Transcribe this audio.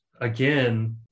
again